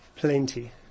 Plenty